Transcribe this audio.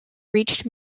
reached